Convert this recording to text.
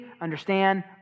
understand